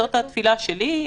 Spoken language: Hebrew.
זאת התפילה שלי,